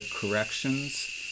corrections